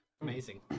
Amazing